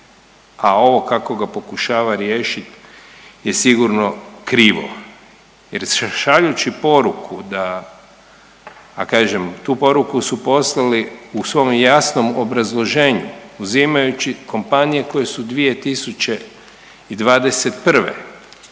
a ovo kako ga pokušava riješiti je sigurno krivo. Jer šaljući poruku da, a kažem tu poruku su poslali u svom jasnom obrazloženju uzimajući kompanije koje su 2021.